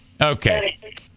okay